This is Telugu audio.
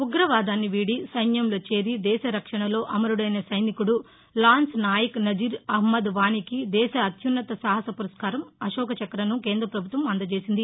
ఉగ్రవాదాన్ని వీడి సైన్యంలో చేరి దేశ రక్షణలో అమరుడైన సైనికుడు లాన్స్ నాయక్ నజీర్ అహ్నద్ వానీకి దేశ అత్యున్నత సాహస పురస్కారం అశోక చక్ర ను కేంద్రపభుత్వం అందజేసింది